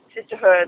sisterhood